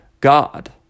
God